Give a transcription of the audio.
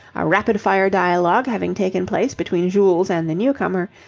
a rapid-fire dialogue having taken place between jules and the newcomer,